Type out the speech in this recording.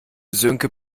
sönke